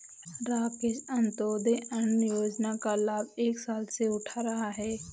राकेश अंत्योदय अन्न योजना का लाभ एक साल से उठा रहा है